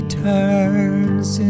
turns